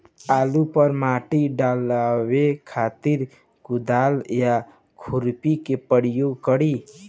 आलू पर माटी चढ़ावे खातिर कुदाल या खुरपी के प्रयोग करी?